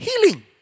healing